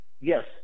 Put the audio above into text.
Yes